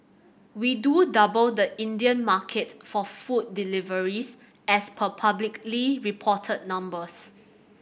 we do double the Indian market for food deliveries as per publicly reported numbers